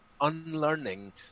unlearning